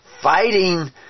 fighting